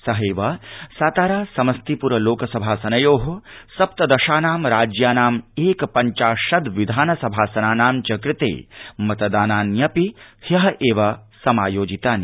सहर्द्व सतारा समस्तीपुर लोकसभासनयो सप्तदशानां राज्यानाम् एक पञ्चाशद् विधानसभासनानां च कृते मतदानान्यपि ह्य एव समायोजितानि